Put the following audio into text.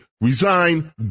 resign